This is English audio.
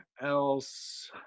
else